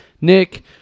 Nick